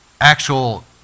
actual